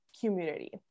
community